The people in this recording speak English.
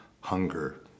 hunger